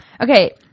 Okay